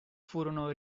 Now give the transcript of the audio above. furono